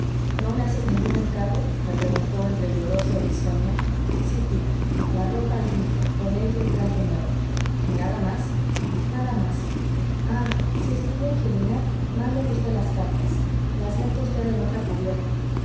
no me haces ningún encargo me preguntó entre llorosa y risueña sí tía la ropa limpia con ella el traje nuevo y nada más nada más ah si escribe angelina mándeme usted las cartas las mete usted en otra cubierta